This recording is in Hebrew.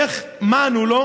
ומה ענו לו?